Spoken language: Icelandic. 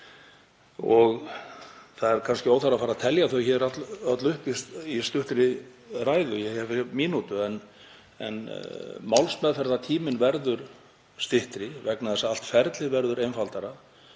Það er kannski óþarfi að fara að telja þau öll upp í stuttri ræðu. Ég hef hér mínútu. Málsmeðferðartíminn verður styttri vegna þess að allt ferlið verður einfaldara.